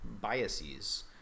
biases